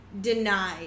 denied